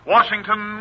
Washington